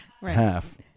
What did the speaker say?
half